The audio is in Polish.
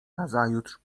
nazajutrz